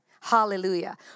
Hallelujah